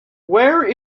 where